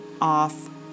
off